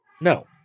No